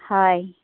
হয়